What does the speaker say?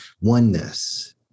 oneness